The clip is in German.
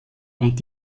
und